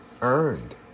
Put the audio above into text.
earned